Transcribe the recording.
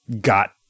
got